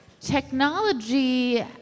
technology